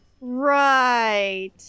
Right